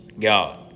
God